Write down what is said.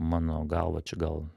mano galva čia gal